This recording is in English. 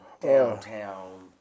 downtown